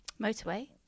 Motorway